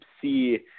see –